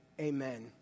amen